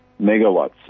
megawatts